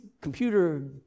computer